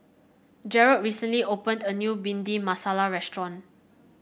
Jerald recently opened a new Bhindi Masala restaurant